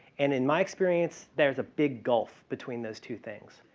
and in my experience, there's a big gulf between those two things.